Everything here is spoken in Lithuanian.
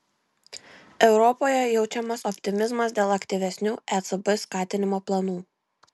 europoje jaučiamas optimizmas dėl aktyvesnių ecb skatinimo planų